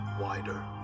wider